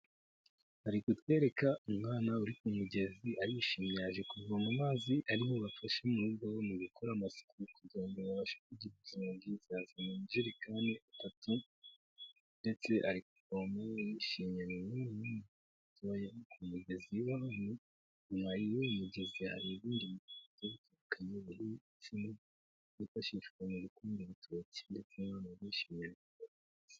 ariko kutwereka umwana uri ku mugezi arishimye yaje kuvoma amazi arimo bafashe mu rugo mu gukora amasaku kugira ngo babashe kugira ubuzima bwizaza mujerikani atatu ndetse avoma yishimiyetoyakomezazi w nyuma y'iyigezi hari ibindi bikanye buri icmo byifashishwa mu rukudi abatutsi ndetsebyishiwe